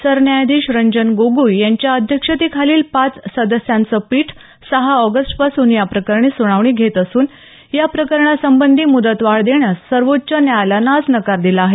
सरन्यायाधीश रंजन गोगोई यांच्या अध्यक्षतेखालील पाच सदस्यांचं पीठ सहा ऑगस्टपासून याप्रकरणी सुनावणी घेत असून या प्रकरणासंबधी मुदत वाढ देण्यास सर्वोच्च न्यायालयानं आज नकार दिला आहे